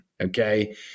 okay